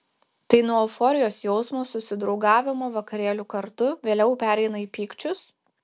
tai nuo euforijos jausmo susidraugavimo vakarėlių kartu vėliau pereina į pykčius